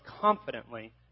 confidently